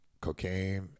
cocaine